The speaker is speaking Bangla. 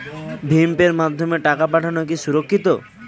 ভিম পের মাধ্যমে টাকা পাঠানো কি সুরক্ষিত?